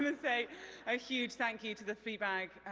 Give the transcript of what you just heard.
um and say a huge thank you to the fleabag